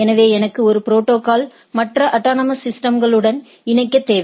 எனவே எனக்கு ஒரு புரோட்டோகால் மற்ற அட்டானமஸ் சிஸ்டம்களுடன் இணைக்க தேவை